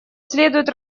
следует